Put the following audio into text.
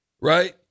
Right